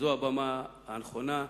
זאת הבמה הנכונה.